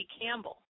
Campbell